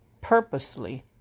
purposely